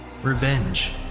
revenge